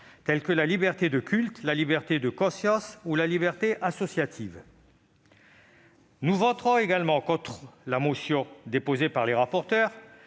telles que la liberté de culte, la liberté de conscience ou la liberté d'association. Nous voterons également contre la motion déposée par la